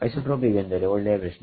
isotropic ಎಂದರೆ ಒಳ್ಳೆಯ ಪ್ರಶ್ನೆ